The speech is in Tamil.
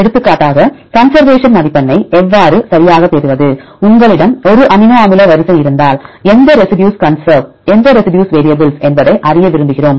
எடுத்துக்காட்டாக கன்சர்வேஷன் மதிப்பெண்ணை எவ்வாறு சரியாகப் பெறுவது உங்களிடம் ஒரு அமினோ அமில வரிசை இருந்தால் எந்த ரெசிடியூஸ் கன்சர்வ் எந்த ரெசிடியூஸ் வேரியபிள்ஸ் என்பதை அறிய விரும்புகிறோம்